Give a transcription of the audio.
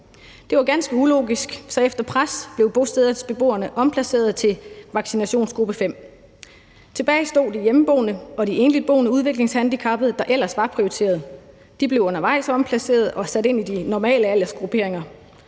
Det var ganske ulogisk, så efter pres blev bostedsbeboerne omplaceret til vaccinationsgruppe fem. Tilbage stod de hjemmeboende og de enligt boende udviklingshandicappede, der ellers var prioriteret. De blev undervejs omplaceret og sat ind i de normale aldersgrupperinger.